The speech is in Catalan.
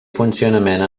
funcionament